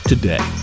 Today